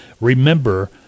Remember